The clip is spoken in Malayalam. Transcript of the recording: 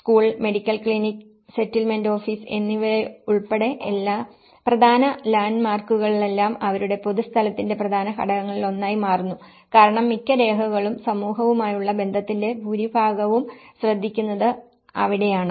school medical clinic settlement office എന്നിവയുൾപ്പെടെയുള്ള ഈ പ്രധാന ലാൻഡ്മാർക്കുകളെല്ലാം അവരുടെ പൊതു സ്ഥലത്തിന്റെ പ്രധാന ഘടകങ്ങളിലൊന്നായി മാറുന്നു കാരണം മിക്ക രേഖകളും സമൂഹവുമായുള്ള ബന്ധത്തിന്റെ ഭൂരിഭാഗവും ശ്രദ്ധിക്കുന്നത് അവിടെയാണ്